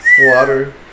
Water